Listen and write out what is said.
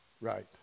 Right